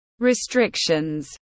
restrictions